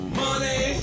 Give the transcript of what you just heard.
money